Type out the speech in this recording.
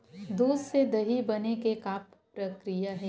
दूध से दही बने के का प्रक्रिया हे?